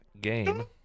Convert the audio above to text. game